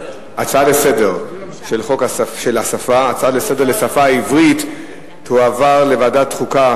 שההצעה לסדר-היום בנושא השפה העברית תועבר לוועדת החוקה,